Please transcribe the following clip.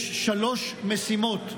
יש שלוש משימות,